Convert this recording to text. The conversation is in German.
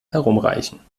herumreichen